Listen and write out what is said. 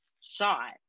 shot